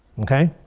okay?